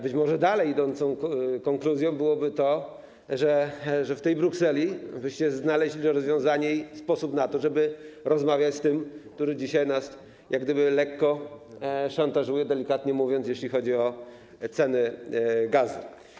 Być może dalej idącą konkluzją byłoby to, że w tej Brukseli byście znaleźli rozwiązanie i sposób na to, żeby rozmawiać z tym, który dzisiaj nas jak gdyby lekko szantażuje, delikatnie mówiąc, jeśli chodzi o ceny gazu.